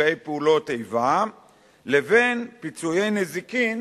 נפגעי פעולות איבה לבין פיצויי נזיקין,